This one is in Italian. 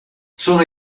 sono